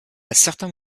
certains